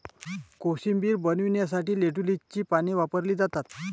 कोशिंबीर बनवण्यासाठी लेट्युसची पाने वापरली जातात